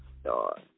star